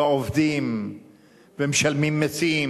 ועובדים ומשלמים מסים,